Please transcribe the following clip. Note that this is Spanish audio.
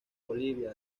bolivia